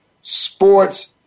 Sports